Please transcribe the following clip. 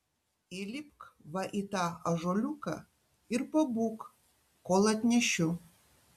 įlipk va į tą ąžuoliuką ir pabūk kol atnešiu